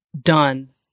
done